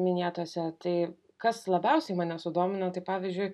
minėtose tai kas labiausiai mane sudomino tai pavyzdžiui